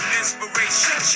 inspiration